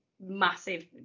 massive